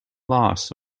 loss